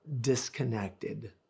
disconnected